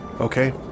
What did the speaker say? okay